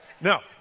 no